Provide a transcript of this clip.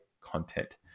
content